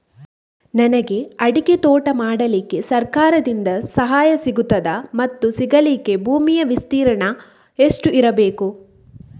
ನನಗೆ ಅಡಿಕೆ ತೋಟ ಮಾಡಲಿಕ್ಕೆ ಸರಕಾರದಿಂದ ಸಹಾಯ ಸಿಗುತ್ತದಾ ಮತ್ತು ಸಿಗಲಿಕ್ಕೆ ಭೂಮಿಯ ವಿಸ್ತೀರ್ಣ ಎಷ್ಟು ಇರಬೇಕು?